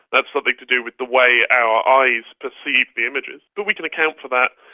that's something to do with the way our eyes perceive the images, but we can account for that,